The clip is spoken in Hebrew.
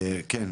כן?